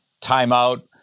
timeout